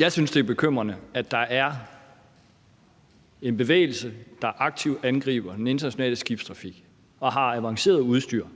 Jeg synes, det er bekymrende, at der er en bevægelse, der aktivt angriber den internationale skibstrafik, og som har avanceret udstyr;